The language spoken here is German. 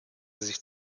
sich